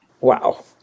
Wow